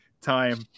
time